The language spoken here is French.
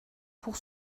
pour